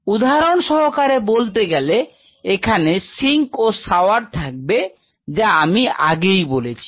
উদাহরণ সহকারে বলতে গেলে এখানে সিঙ্ক ও সাওয়ার থাকবে যা আমি আগেই বলেছি